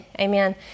Amen